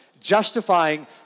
justifying